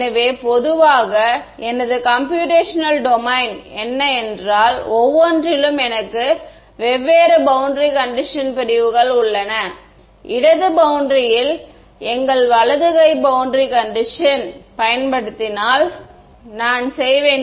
எனவே பொதுவாக எனது கம்ப்யூடேஷனல் டொமைன் என்ன என்றால் ஒவ்வொன்றிலும் எனக்கு வெவ்வேறு பௌண்டரி கண்டிஷன் பிரிவுகள் உள்ளன இடது பௌண்டரியில் எங்கள் வலது கை பௌண்டரி கண்டிஷன் பயன்படுத்தினால் நான் செய்வேன் θ 0